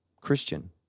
Christian